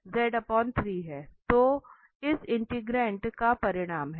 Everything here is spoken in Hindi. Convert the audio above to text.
यह इस इंटेग्राण्ट का परिणाम है